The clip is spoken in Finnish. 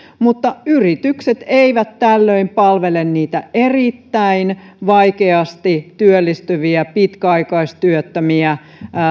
yritykset eivät tällöin palvele niitä erittäin vaikeasti työllistyviä pitkäaikaistyöttömiä